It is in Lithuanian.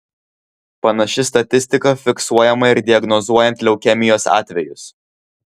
panaši statistika fiksuojama ir diagnozuojant leukemijos atvejus